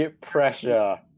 pressure